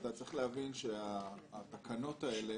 צריך להבין שלתקנות האלה